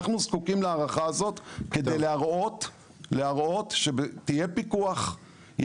אנחנו זקוקים להארכה הזאת כדי להראות שיהיה פיקוח.